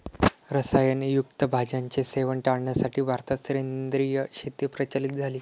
रसायन युक्त भाज्यांचे सेवन टाळण्यासाठी भारतात सेंद्रिय शेती प्रचलित झाली